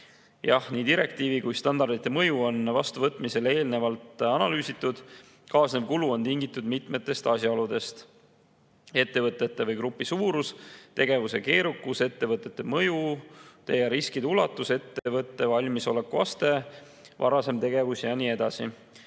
nii direktiivi kui ka standardite mõju on vastuvõtmisele eelnevalt analüüsitud. Kaasnev kulu on tingitud mitmest asjaolust: ettevõtte või grupi suurus, tegevuse keerukus, ettevõtte mõju ja riskide ulatus, ettevõtte valmisolekuaste, varasem tegevus ja nii edasi.